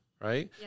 Right